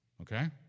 okay